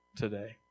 today